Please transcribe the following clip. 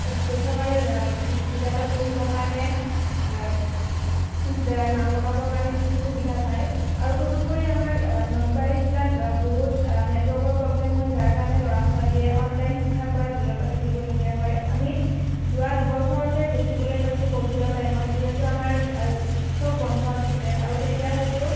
বেচৰকাৰী বিদ্যালয়ত পঢ়িব কাৰণে যে নাম লগাব কাৰণে কিছু সুবিধা পায় আৰু তদুপৰি আমাৰ লবাৰী জিলাত বহুত নেটৱৰ্কৰ প্ৰব্লেম হয় যাৰ কাৰণে ল'ৰা ছোৱালীয়ে অনলাইন শিক্ষাৰ পৰা বিৰত থাকিবলগীয়া হয় আমি যোৱা দুবছৰতে দেখিবলে পাইছোঁ কোভিডৰ টাইমত যিহেতু আমাৰ সব বন্ধ আছিলে আৰু তেতিয়া হয়তো